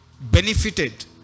benefited